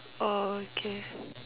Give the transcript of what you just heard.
orh okay